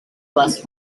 plus